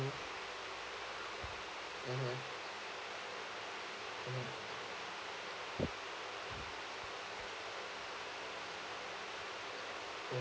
mmhmm mmhmm mmhmm